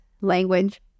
language